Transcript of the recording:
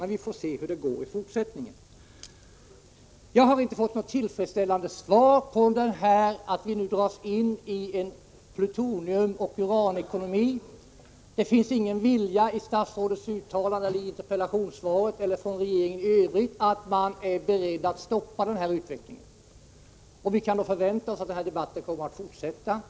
Men vi får väl se hur det går i fortsättningen. Jag har inte fått något tillfredsställande svar på detta med att vi nu dras in i en plutoniumoch uranekonomi. Jag kan inte skönja någon vilja vare sig i statsrådets uttalande eller i interpellationssvaret eller från regeringen i övrigt att klargöra att man är beredd att stoppa den här utvecklingen. Vi kan således förvänta oss att debatten fortsätter.